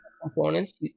components